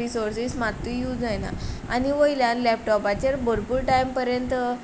resources मात्तूय use जायना आनी वयल्यान लॅपटोपाचेर भोरपूर टायम पर्यंत